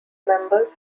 members